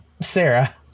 Sarah